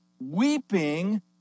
weeping